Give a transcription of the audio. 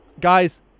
Guys